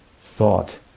thought